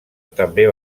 també